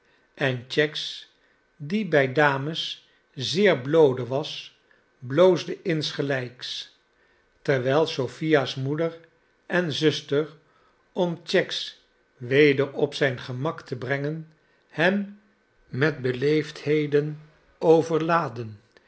en cheggs die bij dames zeer bloode was bloosde insgelijks terwijl sophia's moeder en zusters om cheggs weder op zijn gemak te brengen hem met beleefdheden overlaadden